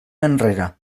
enrere